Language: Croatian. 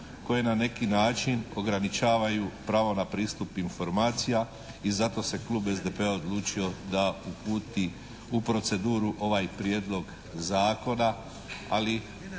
koje na neki način ograničavaju pravo na pristup informacija i zato se klub SDP-a odlučio da uputi u proceduru ovaj Prijedlog zakona,